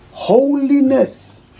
Holiness